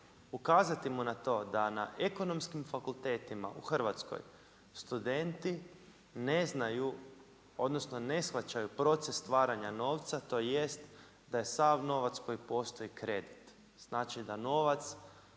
ukazati mu na to da na ekonomskim fakultetima u Hrvatskoj studenti ne znaju, odnosno ne shvaćaju proces stvaranja novca, tj. da je sav novac koji postoji kredit. Znači da novac